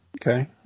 Okay